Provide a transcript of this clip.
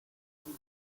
móvil